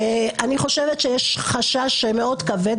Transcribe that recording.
אני חושבת שיש חשש מאוד כבד.